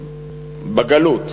בגלות,